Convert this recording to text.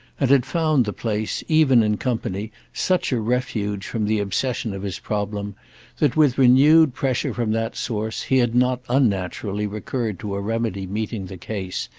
and had found the place, even in company, such a refuge from the obsession of his problem that, with renewed pressure from that source, he had not unnaturally recurred to a remedy meeting the case,